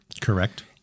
Correct